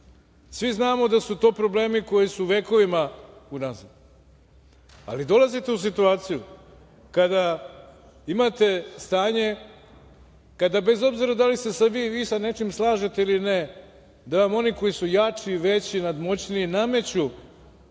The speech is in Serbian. svi znamo da su to problemi koji su vekovima unazad, ali dolazite u situaciju kada imate stanje, kada bez obzira da li se vi sa nečim slažete ili ne, da vam oni koji su jači i veći i nadmoćniji nameću